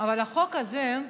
אבל החוק הזה,